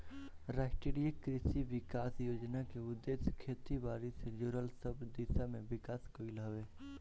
राष्ट्रीय कृषि विकास योजना के उद्देश्य खेती बारी से जुड़ल सब दिशा में विकास कईल हवे